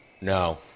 No